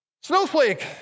Snowflake